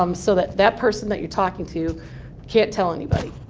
um so that that person that you're talking to can't tell anybody.